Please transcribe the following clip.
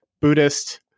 Buddhist